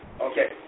Okay